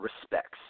respects